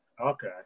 okay